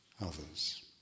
others